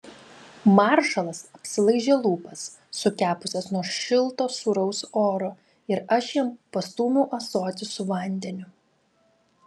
maršalas apsilaižė lūpas sukepusias nuo šilto sūraus oro ir aš jam pastūmiau ąsotį su vandeniu